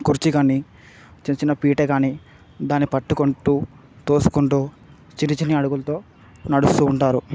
కుర్చీ కాని చిన్న చిన్న పీట కాని దాన్ని పట్టుకుంటూ తోసుకుంటూ చిన్ని చిన్ని అడుగులతో నడుస్తూ ఉంటారు